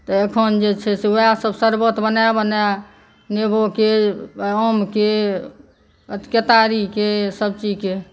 तऽ एखन जे छै से वएह सभ शर्बत बना बना नेबोके आमके केतारीके सभ चीजके